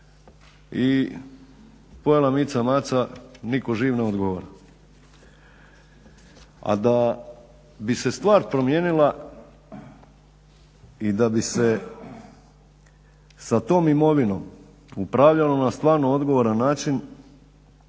i pojela mica maca, nitko živ ne odgovara. A da bi se stvar promijenila i da bi se sa tom imovinom upravljalo na stvarno odgovoran način